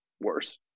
worse